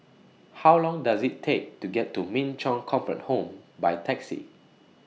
How Long Does IT Take to get to Min Chong Comfort Home By Taxi